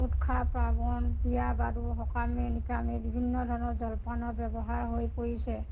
উৎসৱ পাৰ্ৱণ বিয়া বাৰু সকামে নিকামে বিভিন্ন ধৰণৰ জলপানৰ ব্যৱহাৰ হৈ পৰিছে